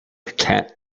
cat